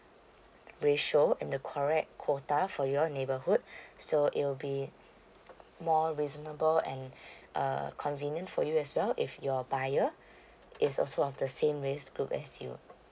ratio and the correct quota for your neighborhood so it will be more reasonable and uh convenient for you as well if your buyer is also of the same race group as you